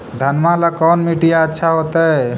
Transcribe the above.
घनमा ला कौन मिट्टियां अच्छा होतई?